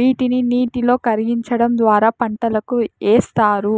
వీటిని నీటిలో కరిగించడం ద్వారా పంటలకు ఏస్తారు